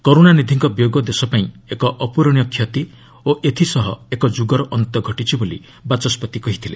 କରୁଣାନିଧିଙ୍କ ବିୟୋଗ ଦେଶପାଇଁ ଏକ ଅପ୍ରରଣୀୟ କ୍ଷତି ଓ ଏଥିସହ ଏକ ଯୁଗର ଅନ୍ତ ଘଟିଛି ବୋଲି ବାଚସ୍କତି କହିଥିଲେ